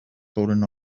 fallen